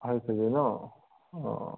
আঢ়ৈ কেজি ন অঁ